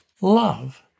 Love